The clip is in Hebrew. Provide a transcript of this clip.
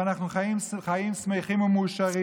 ואנחנו חיים שמחים ומאושרים.